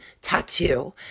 Tattoo